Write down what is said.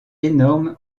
énorme